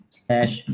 slash